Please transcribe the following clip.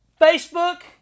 Facebook